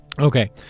Okay